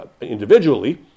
individually